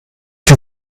die